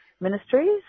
ministries